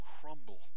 crumble